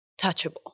touchable